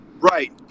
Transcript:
Right